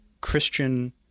Christian